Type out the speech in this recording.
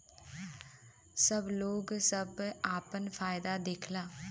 सब लोग बस आपन फायदा देखला